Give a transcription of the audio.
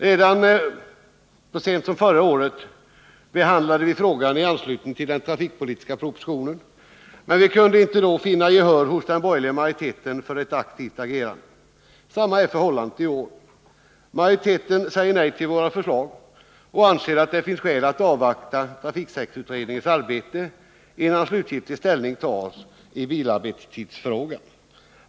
Redan så sent som förra året behandlade riksdagen denna fråga i anslutning till den trafikpolitiska propositionen, men vi kunde då inte vinna gehör hos den borgerliga majoriteten för ett aktivt agerande. Detsamma är förhållandet i år. Majoriteten säger nej till våra förslag och anser att det finns skäl att avvakta trafiksäkerhetsutredningens arbete, innan slutlig ställning tas i bilarbetstidsfrågan.